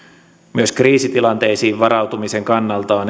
myös kriisitilanteisiin varautumisen kannalta on